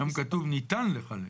שם כתוב ניתן לחלט.